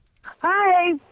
Hi